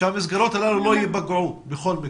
שהמסגרות הללו לא ייפגעו.